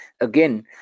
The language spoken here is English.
again